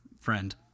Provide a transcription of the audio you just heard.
friend